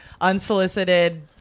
unsolicited